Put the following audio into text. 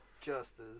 Justice